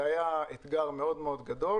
זה היה אתגר מאוד מאוד גדול.